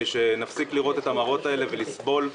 שנפסיק לראות את המראות האלה ולסבול.